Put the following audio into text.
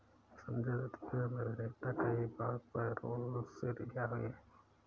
Sanjay Dutt film अभिनेता कई बार पैरोल से रिहा हुए हैं